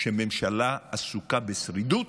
כשממשלה עסוקה בשרידות.